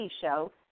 show